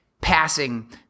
passing